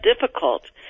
difficult